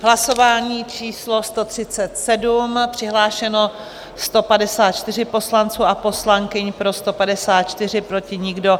Hlasování číslo 137, přihlášeno 154 poslanců a poslankyň, pro 154, proti žádný.